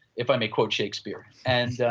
if i may quote shakespeare, and so